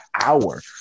hour